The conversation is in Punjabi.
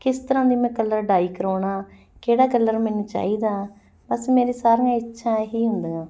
ਕਿਸ ਤਰ੍ਹਾਂ ਦੀ ਮੈਂ ਕਲਰ ਡਾਈ ਕਰਾਉਣਾ ਕਿਹੜਾ ਕਲਰ ਮੈਨੂੰ ਚਾਹੀਦਾ ਬਸ ਮੇਰੀ ਸਾਰੀਆਂ ਇੱਛਾ ਇਹ ਹੀ ਹੁੰਦੀਆਂ